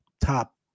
top